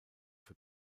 für